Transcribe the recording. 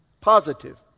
Positive